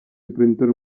enfrentar